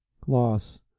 gloss